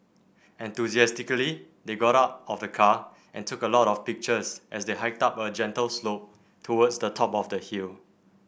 enthusiastically they got out of the car and took a lot of pictures as they hiked up a gentle slope towards the top of the hill